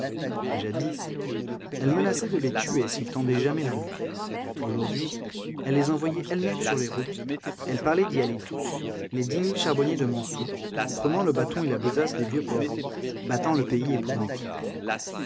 jadis elle menaçait de les tuer s'ils tendaient jamais la main aujourd'hui elle les envoyait elle-même sur les routes elle parlait d'y aller tous les dix mille charbonniers de montsou prenant le bâton et la besace des vieux pauvres battant le pays épouvanté